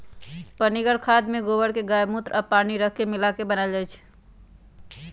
पनीगर खाद में गोबर गायमुत्र आ पानी राख मिला क बनाएल जाइ छइ